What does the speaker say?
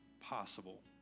possible